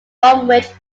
bromwich